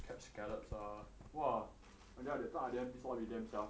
catch scallops lah !wah! that time I damn pissed off with them sia